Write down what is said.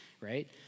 right